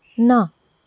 ना